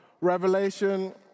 Revelation